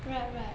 right right